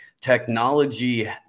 technology